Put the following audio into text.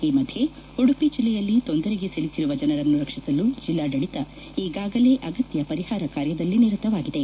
ಈ ಮಧ್ಯೆ ಉಡುಪಿ ಜಿಲ್ಲೆಯಲ್ಲಿ ತೊಂದರೆಗೆ ಸಿಲುಕಿರುವ ಜನರನ್ನು ರಕ್ಷಿಸಲು ಜಿಲ್ಲಾಡಳಿತ ಈಗಾಗಲೇ ಅಗತ್ಯ ಪರಿಹಾರ ಕಾರ್ಯದಲ್ಲಿ ನಿರತವಾಗಿದೆ